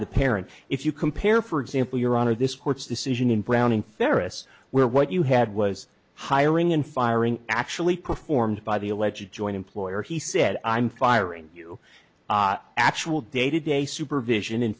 the parent if you compare for example your honor this court's decision in brown in ferris wheel what you had was hiring and firing actually performed by the alleged joint employer he said i'm firing you actual day to day supervision in